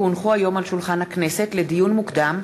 כי הונחו היום על שולחן הכנסת, לדיון מוקדם: